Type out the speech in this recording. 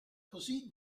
così